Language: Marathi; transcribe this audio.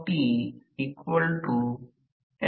कारण ते एक स्व प्रारंभ आहे म्हणूनच आपण त्याकडे पाहू